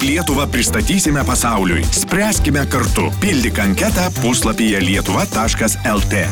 lietuvą pristatysime pasauliui spręskime kartu pildyk anketą puslapyje lietuva taškaslt